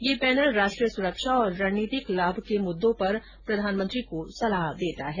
यह पैनल राष्ट्रीय सुरक्षा और रणनीतिक लाभ के मुद्दों पर प्रधानमंत्री को सलाह देता है